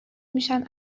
میشن